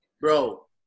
Bro